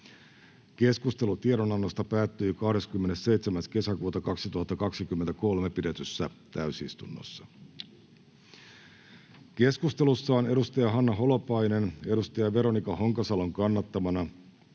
Keskustelu tiedonannosta päättyi 27.6.2023 pidetyssä täysistunnossa. Keskustelussa Hanna Holopainen on Veronika Honkasalon kannattamana